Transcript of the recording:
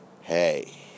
Hey